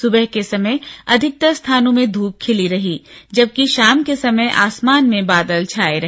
सुबह के समय अधिकतर स्थानों में धूप खिली रही जबकि भााम के समय आसमान में बादल छाए रहे